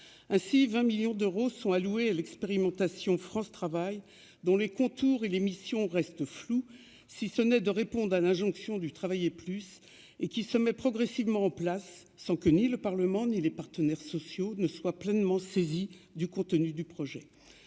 ainsi 20 millions d'euros sont alloués à l'expérimentation France travail dont les contours et l'émission reste flou, si ce n'est de répondre à l'injonction du travailler plus et qui se met progressivement en place, sans que ni le parlement ni les partenaires sociaux ne soient pleinement saisi du contenu du projet